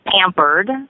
pampered